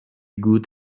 good